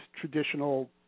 traditional